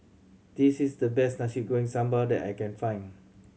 this is the best Nasi Goreng Sambal that I can find